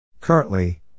Currently